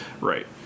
Right